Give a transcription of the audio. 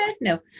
No